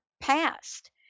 past